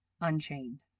unchained